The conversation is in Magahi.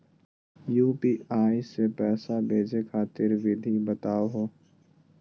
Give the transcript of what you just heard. यू.पी.आई स पैसा भेजै खातिर विधि बताहु हो?